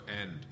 end